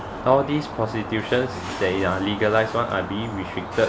nowadays prostitution that are legalised one are being restricted